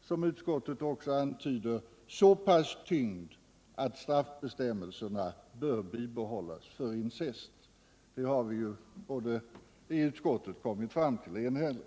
som utskottet också antyder, så pass stor tyngd att straffbestämmelserna för incest bör bibehållas. Det har vi kommit fram till enhälligt i utskottet.